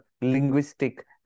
linguistic